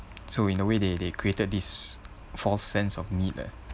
so in a way they they created this false sense of need ah